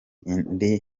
indi